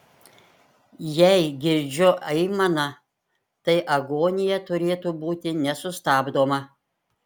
jei girdžiu aimaną tai agonija turėtų būti nesustabdoma